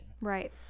Right